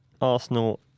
Arsenal